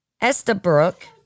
Estabrook